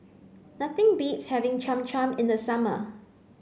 nothing beats having Cham Cham in the summer